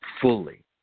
fully